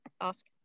ask